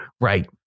Right